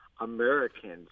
Americans